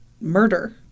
murder